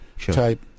type